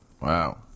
Wow